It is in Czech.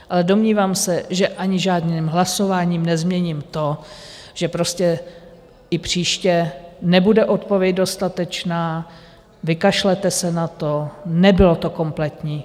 Ale domnívám se, že ani žádným hlasováním nezměním to, že prostě i příště nebude odpověď dostatečná, vykašlete se na to, nebylo to kompletní.